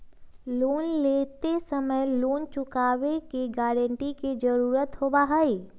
loan लेते समय loan चुकावे के गारंटी के जरुरत होबा हई